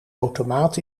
automaat